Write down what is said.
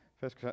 first